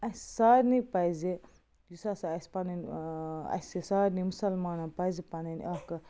اَسہِ سارنٕے پَزِ یُس ہَسا اَسہِ پنٕنۍ اَسہِ سارنٕے مُسلمانَن پَزِ پنٕنۍ اَکھ